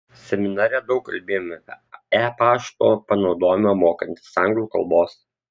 seminare daug kalbėjome apie e pašto panaudojimą mokantis anglų kalbos